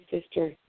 sister